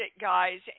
guys